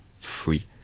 free